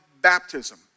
baptism